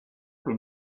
been